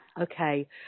Okay